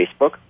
Facebook